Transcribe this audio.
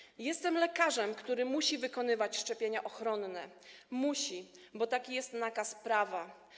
Powiedział: Jestem lekarzem, który musi wykonywać szczepienia ochronne, musi, bo taki jest nakaz prawa.